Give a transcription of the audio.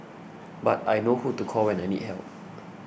but I know who to call when I need help